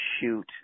shoot